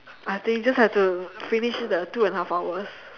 I think just have to finish the two and a half hours